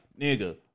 nigga